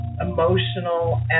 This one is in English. emotional